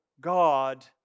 God